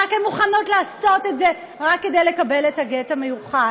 הן מוכנות לעשות את זה רק כדי לקבל את הגט המיוחל.